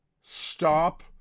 Stop